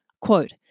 Quote